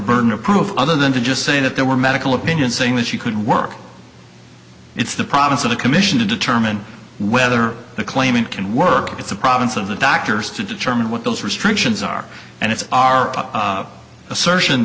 burden of proof other than to just say that there were medical opinion saying that she could work it's the province of the commission to determine whether the claimant can work with the province of the doctors to determine what those restrictions are and it's our assertion